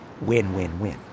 win-win-win